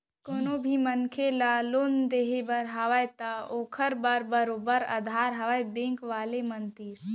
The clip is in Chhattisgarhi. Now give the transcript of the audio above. कोनो भी मनसे ल लोन देना हवय त ओखर बर बरोबर अधार हवय बेंक वाले मन तीर